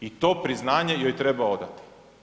I to priznanje joj treba odati.